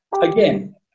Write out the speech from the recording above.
again